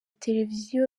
televiziyo